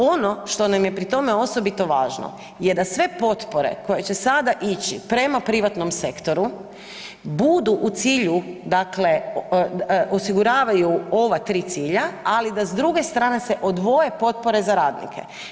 Ono što nam je pri tome osobito važno je da sve potpore koje će sada ići prema privatnom sektoru budu u cilju dakle osiguravaju ova tri cilja, ali da s druge strane se odvoje potpore za radnike.